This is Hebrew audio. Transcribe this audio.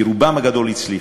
כי רובם הגדול הצליחו.